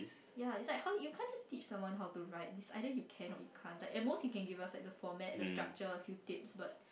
yeah it's like how you can't just teach someone how to write it's either you can or you can't like the most you can give us like the format the structure few tips but